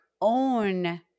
own